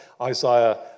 Isaiah